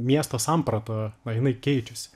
miesto samprata na jinai keičiasi